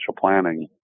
planning